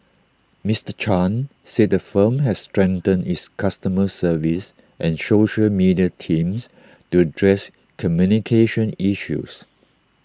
Miter chan said the firm has strengthened its customer service and social media teams to address communication issues